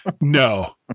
No